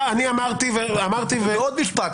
אני אמרתי ו --- עוד משפט,